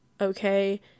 okay